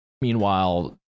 Meanwhile